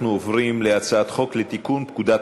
אנחנו עוברים להצעת חוק לתיקון פקודת